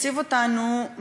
מציב אותנו,